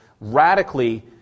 radically